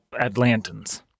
Atlantans